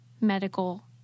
medical